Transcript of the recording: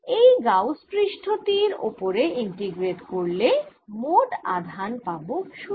এই গাউস পৃষ্ঠ টির ওপরে ইন্টিগ্রেট করলে মোট আধান পাবো 0